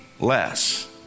less